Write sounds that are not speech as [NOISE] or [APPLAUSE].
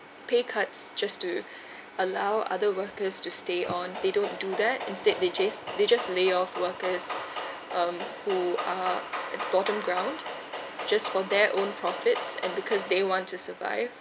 pay cuts just to [BREATH] allow other workers to stay on they don't do that instead they chase they just lay off workers um who are at bottom ground just for their own profits and because they want to survive